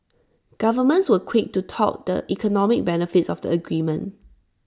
governments were quick to tout the economic benefits of the agreement